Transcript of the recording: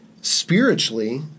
spiritually